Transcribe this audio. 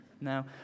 no